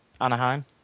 Anaheim